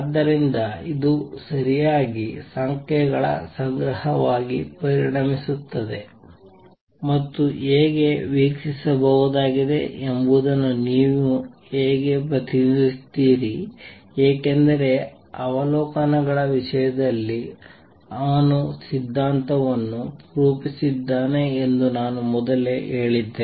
ಆದ್ದರಿಂದ ಇದು ಸರಿಯಾಗಿ ಸಂಖ್ಯೆಗಳ ಸಂಗ್ರಹವಾಗಿ ಪರಿಣಮಿಸುತ್ತದೆ ಮತ್ತು ಹೇಗೆ ವೀಕ್ಷಿಸಬಹುದಾಗಿದೆ ಎಂಬುದನ್ನು ನೀವು ಹೇಗೆ ಪ್ರತಿನಿಧಿಸುತ್ತೀರಿ ಏಕೆಂದರೆ ಅವಲೋಕನಗಳ ವಿಷಯದಲ್ಲಿ ಅವನು ಸಿದ್ಧಾಂತವನ್ನು ರೂಪಿಸಿದ್ದಾನೆ ಎಂದು ನಾನು ಮೊದಲೇ ಹೇಳಿದ್ದೆ